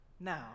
now